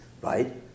right